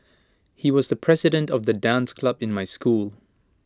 he was the president of the dance club in my school